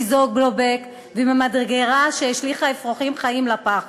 מ"זוגלובק" וממדגרה שהשליכה אפרוחים חיים לפח.